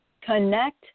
connect